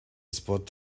spot